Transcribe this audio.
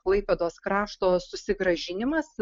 klaipėdos krašto susigrąžinimas